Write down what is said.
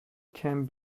can